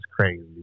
crazy